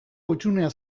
hutsunea